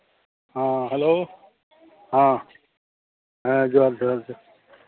ᱦᱮᱸ ᱦᱮᱞᱳ ᱦᱮᱸ ᱡᱚᱦᱟᱨ ᱡᱚᱦᱟᱨ ᱜᱮ